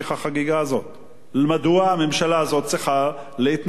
מדוע הממשלה הזאת צריכה להתנפל על החלשים,